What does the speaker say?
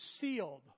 sealed